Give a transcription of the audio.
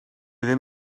ddim